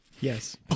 yes